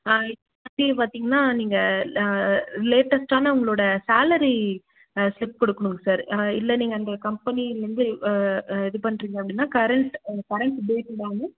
பார்த்தீங்னா நீங்கள் லேட்டஸ்ட்டான உங்களோடய சேலரி ஸ்லிப் கொடுக்குணுங்க சார் இல்லை நீங்கள் அந்த கம்பெனிலருந்து இது பண்ணுறீங்க அப்படின்னா கரன்ட் கரன்ட் பில்ஸ் எல்லாமே